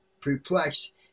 perplexed